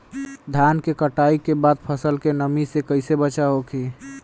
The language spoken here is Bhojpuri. धान के कटाई के बाद फसल के नमी से कइसे बचाव होखि?